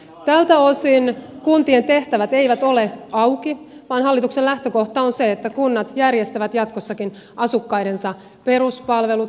tältä osin kuntien tehtävät eivät ole auki vaan hallituksen lähtökohta on se että kunnat järjestävät jatkossakin asukkaidensa peruspalvelut